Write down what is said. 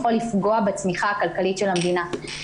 יכול לפגוע בצמיחה הכלכלית של המדינה.